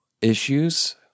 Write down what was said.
issues